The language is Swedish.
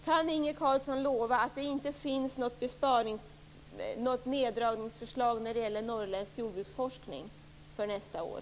Kan Inge Carlsson lova att det inte finns något neddragningsförslag när det gäller norrländsk jordbruksforskning för nästa år?